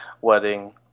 wedding